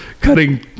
cutting